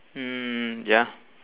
mm ya